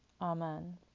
Amen